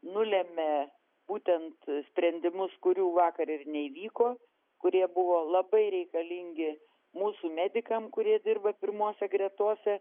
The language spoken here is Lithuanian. nulemia būtent sprendimus kurių vakar ir neįvyko kurie buvo labai reikalingi mūsų medikam kurie dirba pirmose gretose